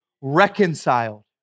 reconciled